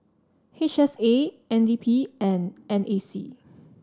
H S A N D P and N A C